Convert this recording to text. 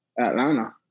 Atlanta